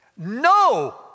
No